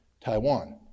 Taiwan